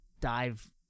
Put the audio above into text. dive